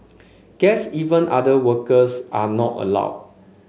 guests even other workers are not allowed